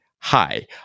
hi